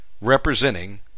representing